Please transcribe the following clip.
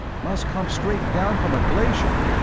must come straight down from a glacier!